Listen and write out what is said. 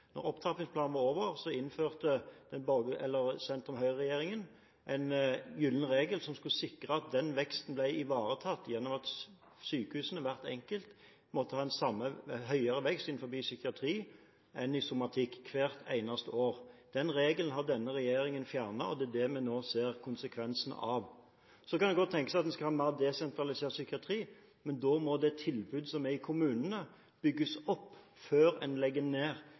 opptrappingsplanen var over, innførte sentrum-Høyre-regjeringen en gyllen regel som skulle sikre at den veksten ble ivaretatt ved at hvert enkelt sykehus måtte ha en høyere vekst innenfor psykiatri enn i somatikk hvert eneste år. Den regelen har denne regjeringen fjernet, og det er det vi nå ser konsekvensen av. Så kan det godt tenkes at man skal ha mer desentralisert psykiatri, men da må det tilbudet som er i kommunene, bygges opp før en legger ned i spesialisthelsetjenesten. Nå legger en ned